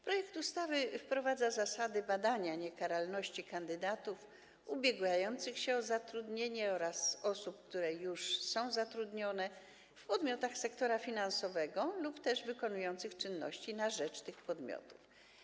Projekt ustawy wprowadza zasady badania niekaralności kandydatów ubiegających się o zatrudnienie oraz osób już zatrudnionych w podmiotach sektora finansowego lub też wykonujących czynności na rzecz tych podmiotów.